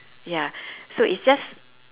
ya so it's just